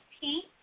pink